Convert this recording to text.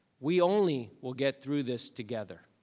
we only will get through this together.